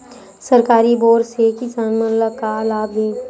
सरकारी बोर से किसान मन ला का लाभ हे?